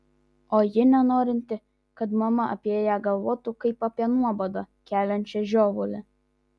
o ji nenorinti kad mama apie ją galvotų kaip apie nuobodą keliančią žiovulį